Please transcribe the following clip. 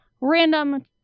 random